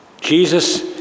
Jesus